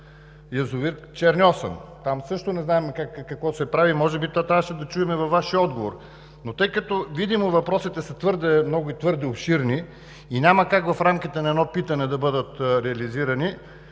„Черни Осъм“. Там също не знаем какво се прави и може би трябваше да чуем това във Вашия отговор. Въпросите са твърде много и твърде обширни и няма как в рамките на едно питане да бъдат реализирани